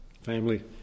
Family